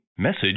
Message